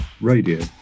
radio